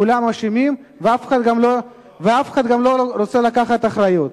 כולם אשמים, ואף אחד גם לא רוצה לקחת אחריות.